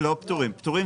לא פטורים; פטורים